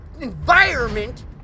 ...environment